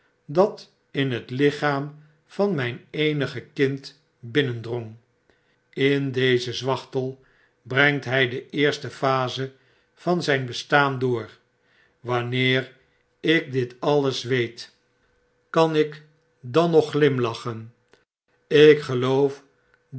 dat in het lichaam van myn eenig kind binnendrong in dezen zwachtel brengt hy de eerste phase van zyn bestaan door waaneer ik dit alles weet kan ik dan nog glimlachen ik geloof